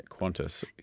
Qantas